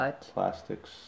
plastics